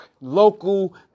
local